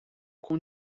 com